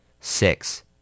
Six